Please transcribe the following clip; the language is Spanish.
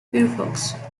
firefox